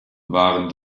waren